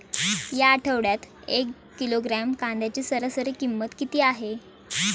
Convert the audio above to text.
या आठवड्यात एक किलोग्रॅम कांद्याची सरासरी किंमत किती आहे?